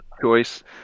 choice